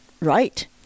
right